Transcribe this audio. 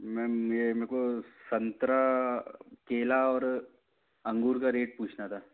ma'am ये मेरे को संतरा केला और अंगूर का रेट पूछना था